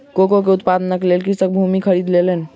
cocoa के उत्पादनक लेल कृषक भूमि खरीद लेलैन